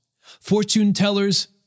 fortune-tellers